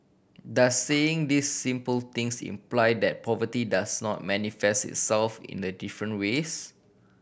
does saying these simple things imply that poverty does not manifest itself in the different ways